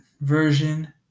version